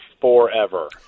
forever